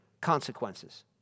consequences